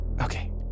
Okay